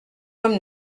homme